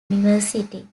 university